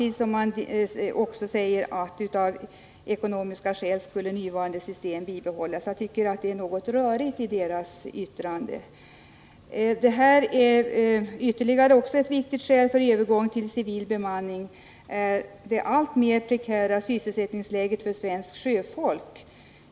Dels säger man att av ekonomiska skäl kan nuvarande system bibehållas. Jag tycker att sjöfartsverkets yttrande är något rörigt. Ytterligare ett viktigt skäl för övergång till civil bemanning är det alltmer prekära sysselsättningsläget för svenskt sjöfolk.